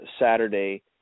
Saturday